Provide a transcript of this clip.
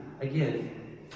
Again